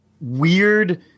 weird